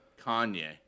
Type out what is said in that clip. Kanye